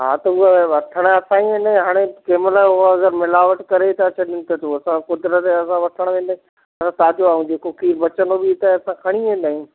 हा त उहा वठणु असांजी हाणे कंहिं महिल उहा मिलावट करे था छॾनि त असां क़ुदिरती वठण वेंदा आहियूं पर ताज़ो ऐं जेको खीर बचंदो बि त खणी वेंदा